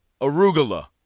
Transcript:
Arugula